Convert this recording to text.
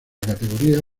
categoría